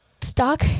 stock